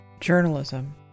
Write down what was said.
journalism